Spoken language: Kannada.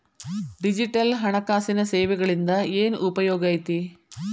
ಡಿಜಿಟಲ್ ಹಣಕಾಸಿನ ಸೇವೆಗಳಿಂದ ಏನ್ ಉಪಯೋಗೈತಿ